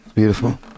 beautiful